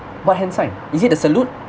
what hand sign is it the salute